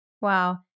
Wow